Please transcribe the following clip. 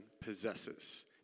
possesses